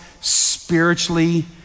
spiritually